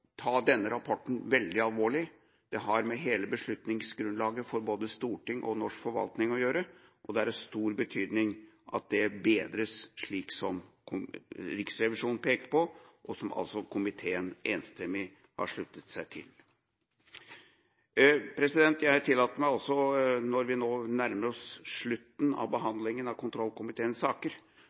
ta denne rapporten veldig alvorlig. Det har med hele beslutningsgrunnlaget for både storting og norsk forvaltning å gjøre, og det er av stor betydning at det bedres, slik Riksrevisjonen peker på, og slik komiteen enstemmig har sluttet seg til. Jeg tillater meg også, når vi nå nærmer oss slutten av behandlingen av kontrollkomiteens saker,